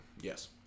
Yes